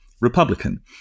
Republican